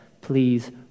please